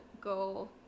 go